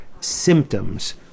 symptoms